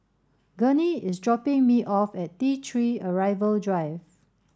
Gurney is dropping me off at T three Arrival Drive